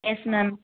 yes ma'am